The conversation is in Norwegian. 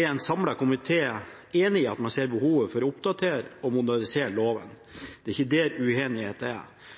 En samlet komité er enig om at det er behov for å oppdatere og modernisere postloven, som er